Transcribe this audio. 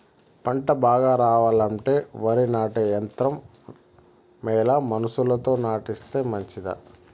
పంట బాగా రావాలంటే వరి నాటే యంత్రం మేలా మనుషులతో నాటిస్తే మంచిదా?